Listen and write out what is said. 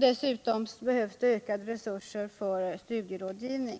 Dessutom behövs det ökade resurser för studierådgivning.